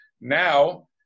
Now